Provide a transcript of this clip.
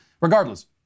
Regardless